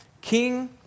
King